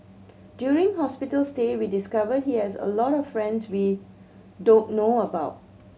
during hospital stay we discovered he has a lot of friends we don't know about